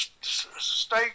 stay